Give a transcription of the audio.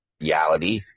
reality